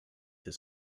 his